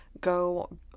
go